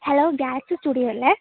hello Galaxy studio അല്ലേ